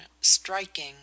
striking